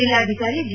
ಜಿಲ್ಲಾಧಿಕಾರಿ ಜಿ